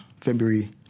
February